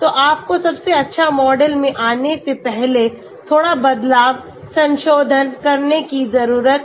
तो आपको सबसे अच्छे मॉडल में आने से पहले थोड़ा बदलाव संशोधन करने की जरूरत है